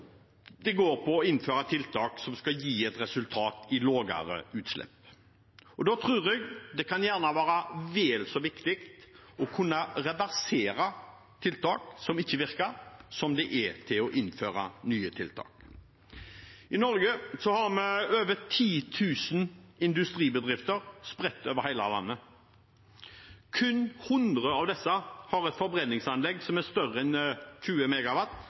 det går på å innføre tiltak som skal gi et resultat i form av lavere utslipp. Da tror jeg det kan være vel så viktig å kunne reversere tiltak som ikke virker, som å kunne innføre nye tiltak. I Norge har vi over 10 000 industribedrifter spredt over hele landet. Kun 100 av disse har et forbrenningsanlegg som er større enn 20